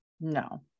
No